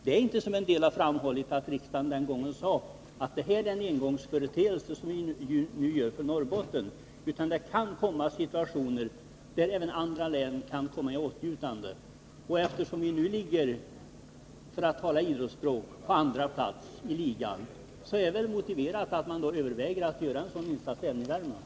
Det är inte så som en del framhåller att riksdagen då uttalade att det var en engångsföreteelse, något som bara gjordes för Norrbotten. Det kan uppstå situationer då även andra län kan kommai åtnjutande av särskilda insatser. Eftersom Värmland nu, för att tala idrottsspråk, ligger på andra plats i ligan är det motiverat att vi överväger att göra en sådan insats även för Värmland.